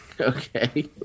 okay